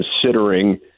considering